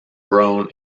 grown